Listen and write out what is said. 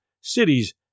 cities